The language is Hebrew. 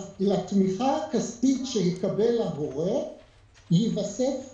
אז לתמיכה הכספים שיקבל ההורה ייווסף מע"מ,